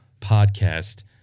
podcast